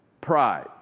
Pride